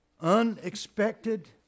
unexpected